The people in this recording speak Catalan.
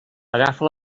agafa